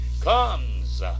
comes